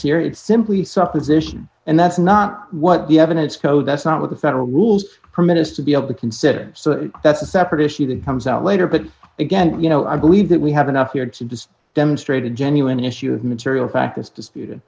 it's simply supposition and that's not what the evidence code that's not what the federal rules permit us to be able to consider so that's a separate issue that comes out later but again you know i believe that we have enough here to discuss demonstrated genuine issue of material fact is disputed